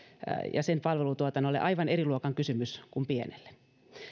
ja sen palvelutuotannolle aivan eri luokan kysymys kuin pienelle